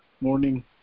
morning